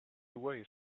weighs